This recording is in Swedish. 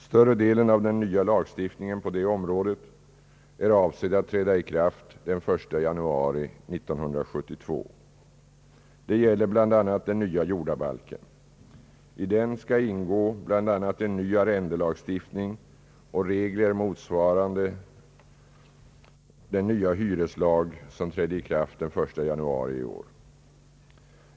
Större delen av den nya lagstiftningen på detta område är avsedd att träda i kraft den 1 januari 1972. Detta gäller bl.a. den nya jordabalken. I den skall ingå bl.a. en ny arrendelagstiftning och regler motsvarande den nya hyreslag som träder i kraft den 1 januari i år.